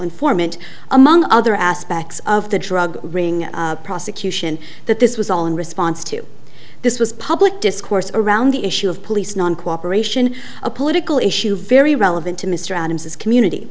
informant among other aspects of the drug ring prosecution that this was all in response to this was public discourse around the issue of police non cooperation a political issue very relevant to mr adams his community